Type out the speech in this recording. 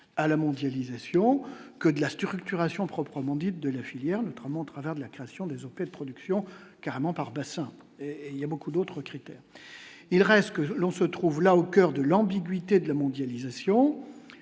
à la mondialisation, que de la structuration proprement dite de la filière remontera vers de la création des Opel production carrément par bassin il y a beaucoup d'autres critères, il reste que l'on se trouve là, au coeur de l'ambiguïté de la mondialisation,